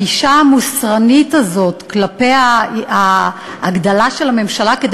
הגישה המוסרנית הזאת כלפי ההגדלה של הממשלה כדי